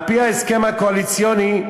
על-פי ההסכם הקואליציוני,